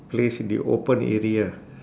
placed in the open area